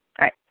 right